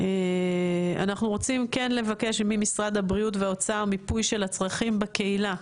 אנחנו רוצים כן לבקש ממשרד הבריאות והאוצר מיפוי של הצרכים בקהילה.